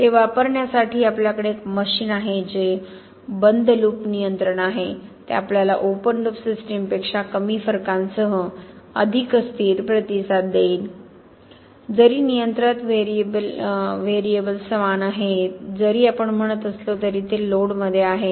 ते वापरण्यासाठी आपल्याकडे एक मशीन आहे जे बंद लूप नियंत्रण आहे ते आपल्याला ओपन लूप सिस्टमपेक्षा कमी फरकांसह अधिक स्थिर प्रतिसाद देईल जरी नियंत्रित व्हेरिएबल समान आहे जरी आपण म्हणत असलो तरी ते लोडमध्ये आहे